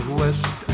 west